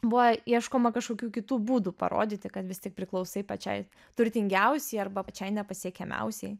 buvo ieškoma kažkokių kitų būdų parodyti kad vis tik priklausai pačiai turtingiausiai arba pačiai nepasiekiamiausiai